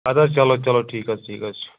اَدٕ حظ چلو چلو ٹھیٖک حظ ٹھیٖک حظ چھُ